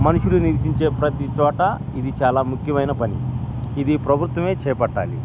మనుషులు నివసించే ప్రతి చోట ఇది చాలా ముఖ్యమైన పని ఇది ప్రభుత్వమే చేపట్టాలి